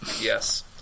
Yes